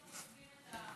מים בסוף חוצבים את ההר.